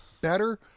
better